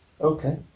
okay